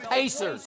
Pacers